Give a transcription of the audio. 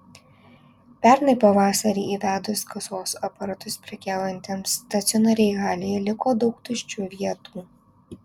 pernai pavasarį įvedus kasos aparatus prekiaujantiems stacionariai halėje liko daug tuščių vietų